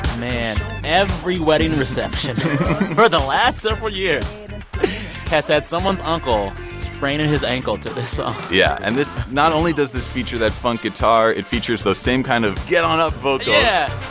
man, every wedding reception for the last several years has had someone's uncle spraining his ankle to this song yeah, and this not only does this feature that funk guitar. it features those same kind of get-on-up vocals yeah,